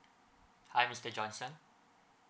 hi mr johnson